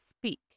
speak